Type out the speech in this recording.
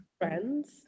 friends